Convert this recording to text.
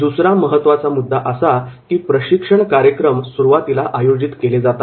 दुसरा महत्त्वाचा मुद्दा असा की प्रशिक्षण कार्यक्रम सुरुवातीला आयोजित केले जातात